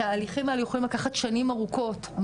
התהליכים האלו יכולים לקחת שנים ארוכות,